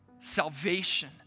salvation